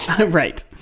Right